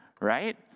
Right